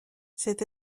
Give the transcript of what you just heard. cette